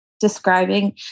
describing